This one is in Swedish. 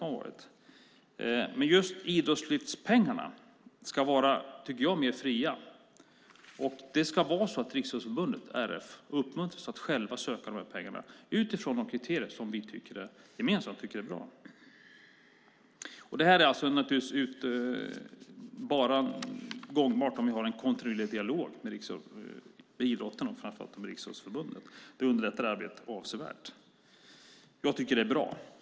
Men jag tycker att idrottslyftspengarna ska vara mer fria. Riksidrottsförbundet ska uppmuntras att själva söka de här pengarna utifrån de kriterier som vi gemensamt tycker är bra. Det här är bara gångbart om vi har en kontinuerlig dialog med idrotten och framför allt med Riksidrottsförbundet. Det underlättar arbetet avsevärt. Det är bra.